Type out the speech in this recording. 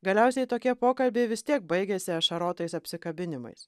galiausiai tokie pokalbiai vis tiek baigiasi ašarotais apsikabinimais